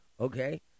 okay